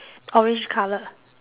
orange colour